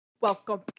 welcome